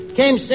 came